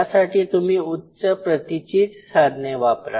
यासाठी तुम्ही उच्च प्रतीचीच साधने वापरा